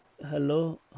Hello